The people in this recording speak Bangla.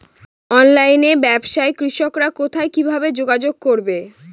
অনলাইনে ব্যবসায় কৃষকরা কোথায় কিভাবে যোগাযোগ করবে?